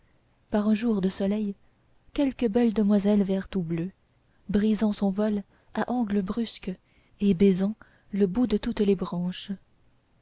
par un jour de soleil quelque belle demoiselle verte ou bleue brisant son vol à angles brusques et baisant le bout de toutes les branches